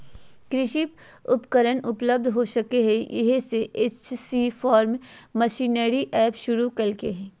कृषि उपकरण उपलब्ध हो सके, इहे ले सी.एच.सी फार्म मशीनरी एप शुरू कैल्के हइ